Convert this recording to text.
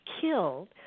killed